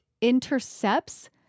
intercepts